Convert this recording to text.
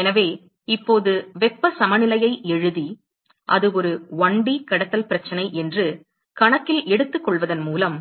எனவே இப்போது வெப்ப சமநிலையை எழுதி அது ஒரு 1D கடத்தல் பிரச்சனை என்று கணக்கில் எடுத்துக்கொள்வதன் மூலம்